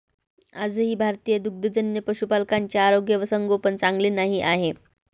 आजही भारतीय दुग्धजन्य पशुपालकांचे आरोग्य व संगोपन चांगले नाही आहे